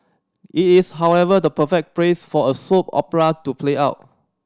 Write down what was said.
it is however the perfect place for a soap opera to play out